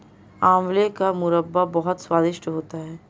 आंवले का मुरब्बा बहुत स्वादिष्ट होता है